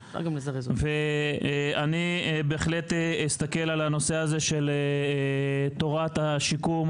ואני בהחלט אסתכל על הנושא הזה של תורת השיקום,